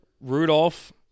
Rudolph